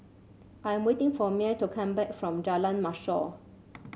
I'm waiting for Myer to come back from Jalan Mashor